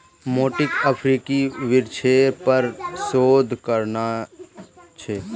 मोंटीक अफ्रीकी वृक्षेर पर शोध करना छ